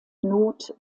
not